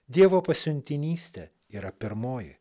dievo pasiuntinystė yra pirmoji